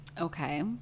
Okay